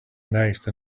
next